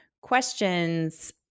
questions